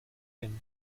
him